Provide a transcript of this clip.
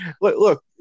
look